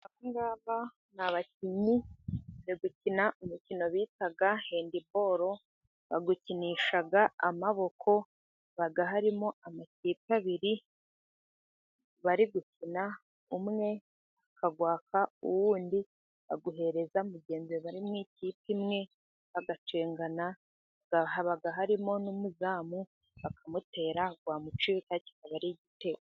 Abangaba n'abakinyi bari gukina umukino bita handi boro, bawukinisha amaboko haba harimo amakipe abiri, bari gukina umwe akawaka uwundi akawuhereza mugenzi bari mu ikipe imwe bagacengana, haba harimo n'umuzamu bakamutera wamucika kitaba ari igitego.